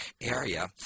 area